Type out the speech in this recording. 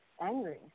angry